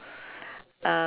uh